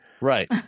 Right